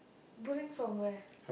bring from where